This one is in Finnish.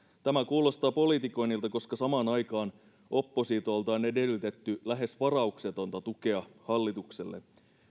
tämä kuulostaa politikoinnilta koska samaan aikaan oppositiolta on edellytetty lähes varauksetonta tukea hallitukselle